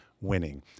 winning